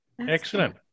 Excellent